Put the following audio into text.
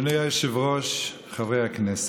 אדוני היושב-ראש, חברי הכנסת,